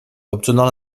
obtenant